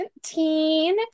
17